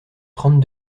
trente